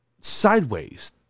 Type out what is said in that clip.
sideways